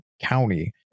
county